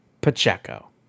pacheco